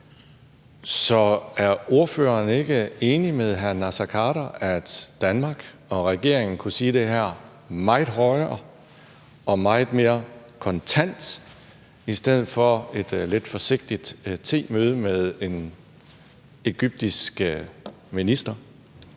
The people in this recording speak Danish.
Så er ordføreren ikke enig med hr. Naser Khader i, at Danmark og regeringen kunne sige det her meget højere og meget mere kontant i stedet for at tage et lidt forsigtigt temøde med en egyptisk minister?